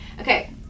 Okay